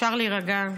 אפשר להירגע.